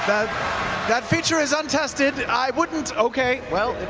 that that feature is untested, i wouldn't okay, well, it's